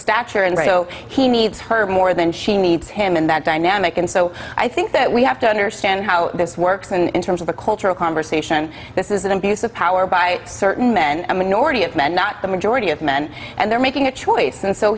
stature and he needs her more than she needs him in that dynamic and so i think that we have to understand how this works in terms of the cultural conversation this is an abuse of power by certain men a minority of men not the majority of men and they're making a choice and so